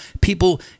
people